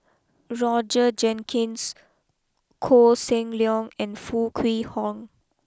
Roger Jenkins Koh Seng Leong and Foo Kwee Horng